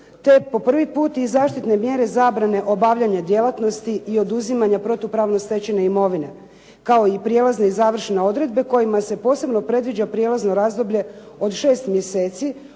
te po prvi put i zaštitne mjere zabrane obavljanja djelatnosti i oduzimanja protupravno stečene imovine kao i prijelazne i završne odredbe kojima se posebno predviđa prijelazno razdoblje od šest mjeseci